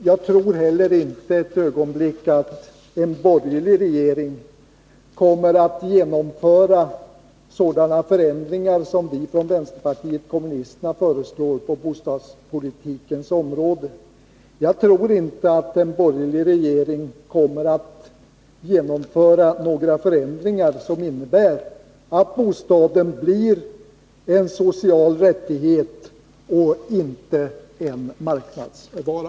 Jag tror inte heller ett ögonblick att en borgerlig regering kommer att genomföra sådana förändringar som vi i vänsterpartiet kommunisterna föreslår på bostadspolitikens område. Jag tror inte att en borgerlig regering kommer att genomföra några förändringar som innebär att bostaden blir en social rättighet och inte en marknadsvara.